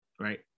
right